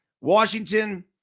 Washington